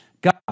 God